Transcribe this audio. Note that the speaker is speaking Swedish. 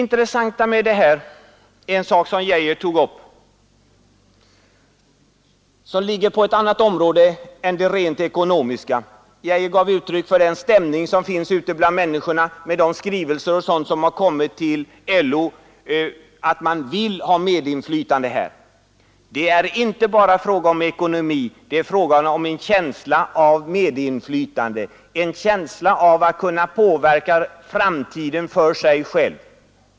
Arne Geijer tog här upp en mycket intressant sak, som ligger på ett annat område än det rent ekonomiska. Han talade om den stämning som råder ute bland människor och som kommit till uttryck i skrivelser till LO. Man har i de skrivelserna sagt att man vill ha medinflytande. Det är inte bara fråga om ekonomi, utan man vill verkligen ha medinflytande. Man vill känna att man kan påverka sin egen framtid.